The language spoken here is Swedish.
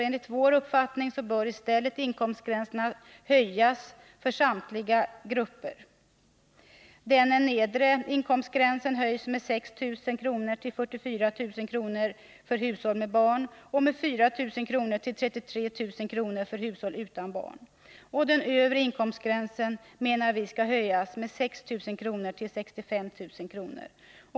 Enligt vår uppfattning bör i stället inkomstgränserna höjas för samtliga grupper enligt följande. Den nedre inkomstgränsen höjs med 6 000 kr. till 44 000 kr. för hushåll med barn, och med 4 000 kr. till 33 000 kr. för hushåll utan barn. Den övre inkomstgränsen höjs med 6 000 kr. till 65 000 kr.